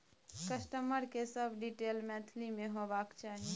customer के सब detail Maithili में होबाक चाही